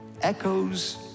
echoes